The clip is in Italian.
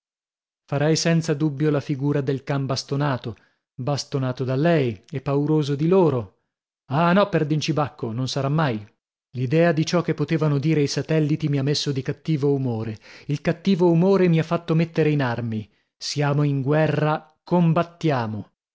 farei senza dubbio la figura del can bastonato bastonato da lei e pauroso di loro ah no perdincibacco non sarà mai l'idea di ciò che potevano dire i satelliti mi ha messo di cattivo umore il cattivo umore mi ha fatto mettere in armi siamo in guerra combattiamo